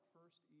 First